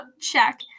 check